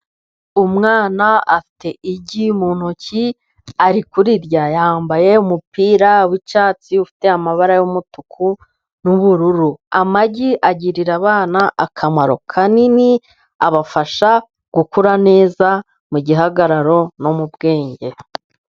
Umwana afite igi mu ntoki ari kurirya. Yambaye umupira w'icyatsi ufite amabara y'umutuku n'ubururu .Amagi agirira abana akamaro kanini ,abafasha gukura neza mu gihagararo no mu bwenge.